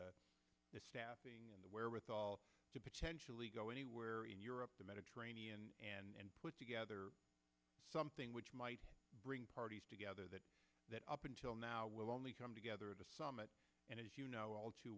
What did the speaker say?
staff and the wherewithal to potentially go anywhere in europe the mediterranean and put together something which might bring parties together that that up until now will only come together at a summit and it's you know all too